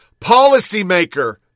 policymaker